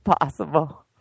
possible